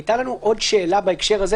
הייתה לנו עוד שאלה בהקשר הזה,